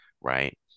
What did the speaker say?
right